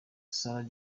sarah